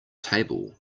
table